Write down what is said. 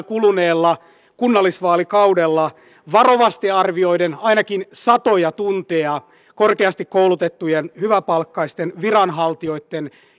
kuluneella kunnallisvaalikaudella varovasti arvioiden ainakin satoja tunteja korkeasti koulutettujen hyväpalkkaisten viranhaltijoitten